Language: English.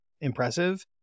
impressive